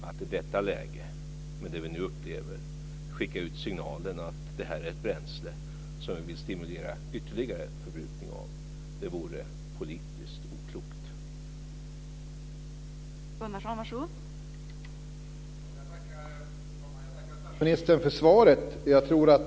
Att i detta läge, med det vi nu upplever, skicka ut signalen att detta är ett bränsle som vi vill stimulera ytterligare förbrukning av vore politiskt oklokt.